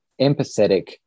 empathetic